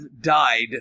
died